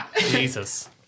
Jesus